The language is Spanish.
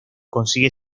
consigue